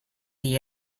the